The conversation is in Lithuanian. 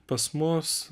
pas mus